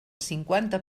cinquanta